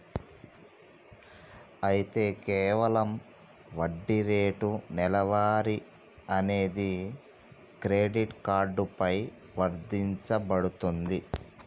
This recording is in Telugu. అయితే కేవలం వడ్డీ రేటు నెలవారీ అనేది క్రెడిట్ కార్డు పై వర్తించబడుతుంది